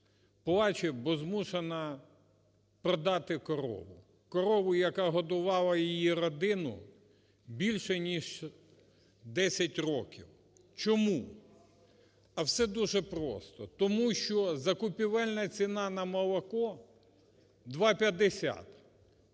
плаче, бо змушена продати корову, корову, яка годувала її родину більше, ніж 10 років. Чому? А все дуже просто, тому що закупівельна ціна на молоко – 2,50.